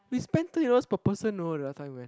we spent thirty dollars per person know the other time we went